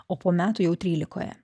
o po metų jau trylikoje